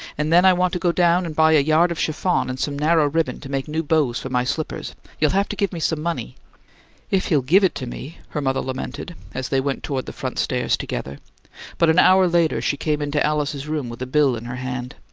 and then i want to go down and buy a yard of chiffon and some narrow ribbon to make new bows for my slippers you'll have to give me some money if he'll give it to me! her mother lamented, as they went toward the front stairs together but an hour later she came into alice's room with a bill in her hand.